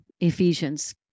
Ephesians